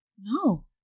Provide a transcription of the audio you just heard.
No